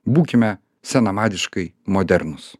būkime senamadiškai modernūs